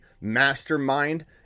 mastermind